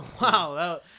Wow